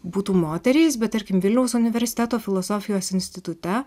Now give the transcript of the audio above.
būtų moterys bet tarkim vilniaus universiteto filosofijos institute